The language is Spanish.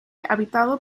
habitado